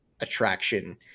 attraction